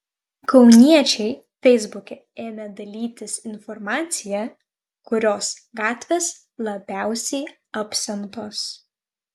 kauniečiai feisbuke ėmė dalytis informacija kurios gatvės labiausiai apsemtos